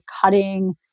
cutting